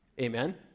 Amen